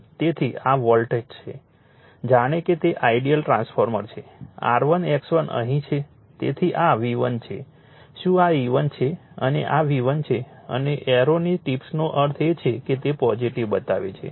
તેથી આ વોલ્ટ છે જાણે કે તે આઇડીઅલ ટ્રાન્સફોર્મર છે R1 X1 અહીં છે તેથી આ V1 છે શું આ E1 છે અને આ V1 છે અને એરોની ટીપ્સનો અર્થ છે કે તે પોઝિટિવ બતાવે છે